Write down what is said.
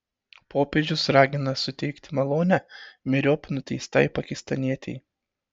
popiežius ragina suteikti malonę myriop nuteistai pakistanietei